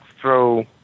throw